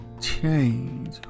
change